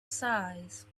size